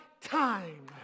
time